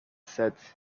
said